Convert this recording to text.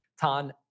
Tan